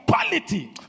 quality